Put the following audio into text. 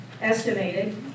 Estimated